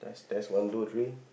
is as one two three